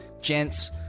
gents